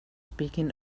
speaking